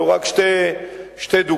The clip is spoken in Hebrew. אלה רק שתי דוגמאות.